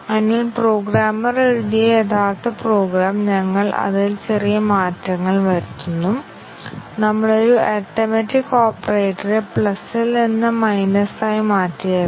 dynamic program analyser യഥാർത്ഥത്തിൽ എത്ര linear independent പാത്തുകൾ കവർ ചെയ്തിട്ടുണ്ടെന്ന് പ്രദർശിപ്പിക്കുന്നു അത്തരമൊരു പ്രോഗ്രാം എഴുതുന്നത് ബുദ്ധിമുട്ടുള്ള കാര്യമല്ല